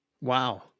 wow